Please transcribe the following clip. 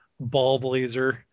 Ballblazer